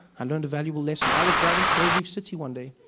i learned a valuable lesson. i was driving to gold reef city one day.